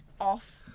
off